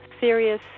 serious